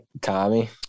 Tommy